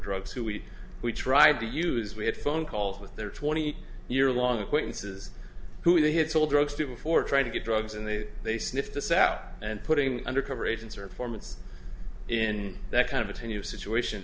drugs who we we tried to use we had phone calls with their twenty year long acquaintances who they had sold drugs to before trying to get drugs and they they sniff this out and putting undercover agents or performance in that kind of a tenuous situation